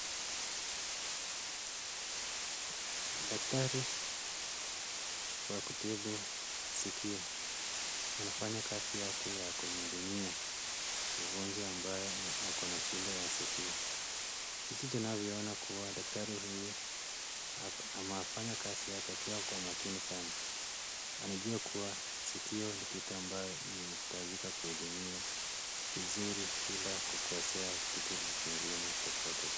Daktari wa kutibu sikio anafanya kazi yake ya kumhudumia mgonjwa ambaye ako na shida ya sikio. Jinsi tunavyoona kuwa daktari huyu amefanya kazi yake akiwa kwa makini sana. Anajua kuwa sikio ni kitu ambayo inahitajika kuhudumiwa vizuri bila kukosea kitu jingine popote.